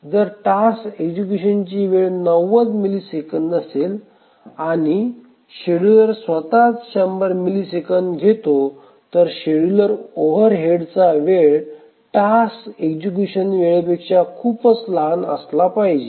जर टास्क एक्जीक्यूशनची वेळ 90 मिलिसेकंद असेल आणि शेड्यूलर स्वतःच 100 मिलिसेकंद घेते तर शेड्यूलर ओव्हरहेड चा वेळ टास्क एक्जीक्यूशन वेळेपेक्षा खूपच लहान असले पाहिजे